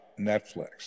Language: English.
Netflix